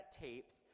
tapes